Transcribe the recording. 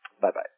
Bye-bye